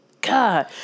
God